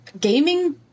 gaming